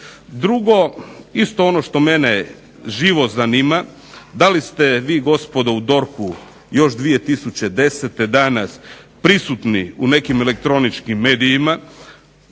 Drugo isto ono što mene živo zanima, da li ste vi gospodo u DORH-u još 2010. danas prisutni u nekim elektroničkim medijima,